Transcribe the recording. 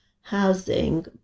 housing